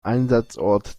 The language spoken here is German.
einsatzort